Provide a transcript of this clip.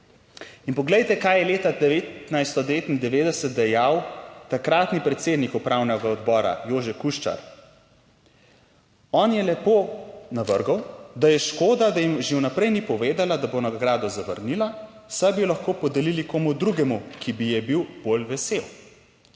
In poglejte, kaj je leta 1999 dejal takratni predsednik upravnega odbora Jože Kuščar. On je lepo navrgel, da je škoda, da jim že vnaprej ni povedala, da bo nagrado zavrnila, saj bi jo lahko podelili komu drugemu, ki bi je bil bolj vesel.